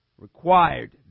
required